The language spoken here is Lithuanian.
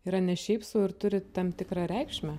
yra ne šiaip sau ir turi tam tikrą reikšmę